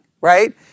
right